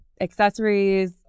accessories